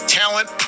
talent